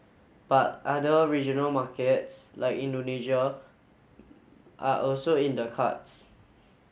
but other regional markets like Indonesia are also in the cards